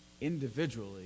individually